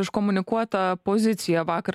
iškomunikuota pozicija vakar